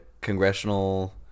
congressional